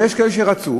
ויש כאלה שרצו,